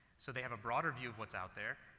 so they have a broader view of what's out there.